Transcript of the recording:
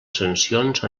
sancions